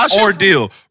ordeal